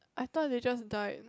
I thought they just died